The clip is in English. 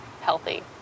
healthy